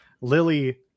Lily